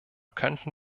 könnten